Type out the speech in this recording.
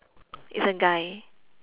is a guy